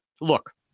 look